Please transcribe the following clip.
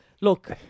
Look